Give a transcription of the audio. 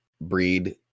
breed